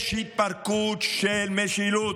יש התפרקות של משילות.